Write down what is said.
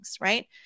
right